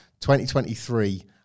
2023